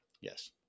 yes